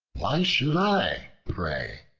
why should i, pray?